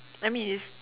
I mean it's